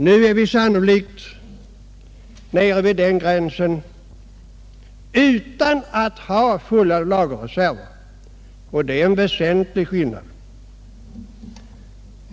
Nu är vi sannolikt nere vid den gränsen utan att ha fulla lagerreserver, och det är en väsentlig skillnad.